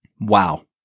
Wow